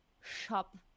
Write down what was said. shop